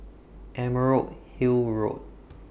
Emerald Hill Road